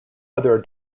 other